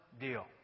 deal